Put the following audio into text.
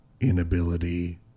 ...inability